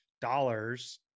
dollars